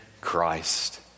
Christ